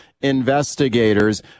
Investigators